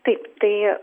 taip tai